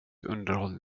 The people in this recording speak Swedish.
underhåll